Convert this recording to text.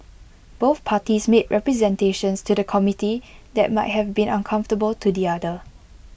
both parties made representations to the committee that might have been uncomfortable to the other